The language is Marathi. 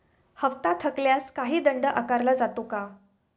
हप्ता थकल्यास काही दंड आकारला जातो का?